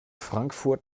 frankfurt